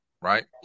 right